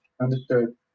Understood